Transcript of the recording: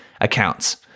accounts